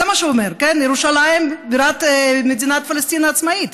ירושלים המזרחית.) זה מה שהוא אומר: ירושלים בירת מדינת פלסטין העצמאית,